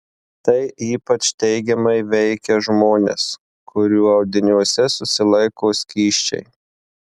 tai ypač teigiamai veikia žmones kurių audiniuose susilaiko skysčiai